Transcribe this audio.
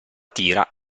tira